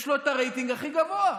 ויש לו את הרייטינג הכי גבוה.